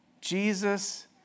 Jesus